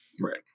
Right